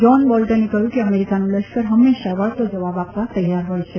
John બોલ્ટને કહ્યું કે અમેરિકાનું લશ્કર હંમેશા વળતો જવાબ આપવા તૈયાર હોય છે